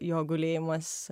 jo gulėjimas